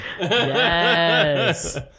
Yes